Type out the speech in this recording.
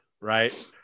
right